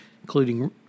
including